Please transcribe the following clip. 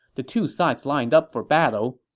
the two sides lined up for battle.